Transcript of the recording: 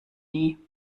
nie